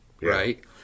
right